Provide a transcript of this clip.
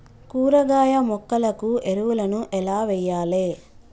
కూరగాయ మొక్కలకు ఎరువులను ఎలా వెయ్యాలే?